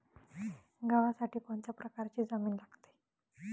गव्हासाठी कोणत्या प्रकारची जमीन लागते?